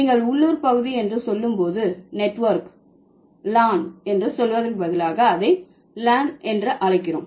நீங்கள் உள்ளூர் பகுதி என்று சொல்லும்போது நெட்வொர்க் L A N என்று சொல்வதற்கு பதிலாக அதை LAN என்று அழைக்கிறோம்